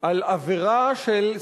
על עבירה של,